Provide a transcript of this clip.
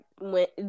Went